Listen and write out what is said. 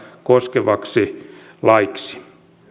koskevaksi laiksi